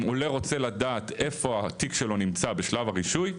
אם עולה רוצה לדעת איפה התיק שלו נמצא בשלב הרישוי,